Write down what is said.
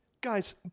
Guys